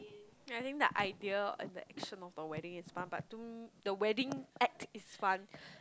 ya I think the idea and the action of the wedding is fun but to the wedding act is fun